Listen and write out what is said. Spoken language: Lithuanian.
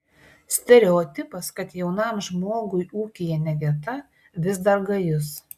stereotipas kad jaunam žmogui ūkyje ne vieta vis dar gajus